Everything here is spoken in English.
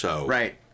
Right